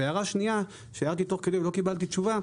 והערה שנייה שהערתי תוך כדי ולא קיבלתי תשובה,